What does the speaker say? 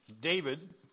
David